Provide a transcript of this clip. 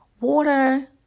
water